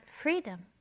freedom